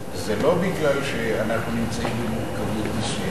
משום שאנחנו נמצאים במורכבות מסוימת,